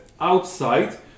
outside